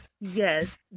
Yes